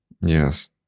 Yes